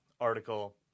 article